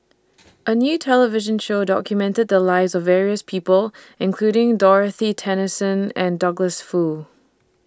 A New television Show documented The Lives of various People including Dorothy Tessensohn and Douglas Foo